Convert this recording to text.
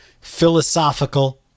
philosophical